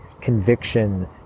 conviction